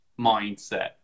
mindset